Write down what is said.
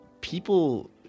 people